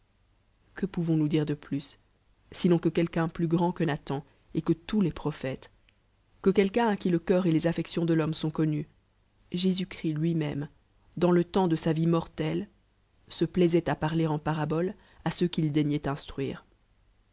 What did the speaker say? que pouvons-nous dire de l'lus sinàn qui quelqu'un plus grand que nathan et que tous les prophètes que quelqu'un qui le eamr et les affeclrous de l'homme sont con nus jésus chr is t lui mvue dans le temps de sa vie morteue se plaisait à parler en parabole h ceux qu'ij daignoit instruire